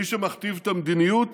מי שמכתיב את המדיניות